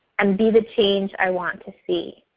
and be the change i want to see.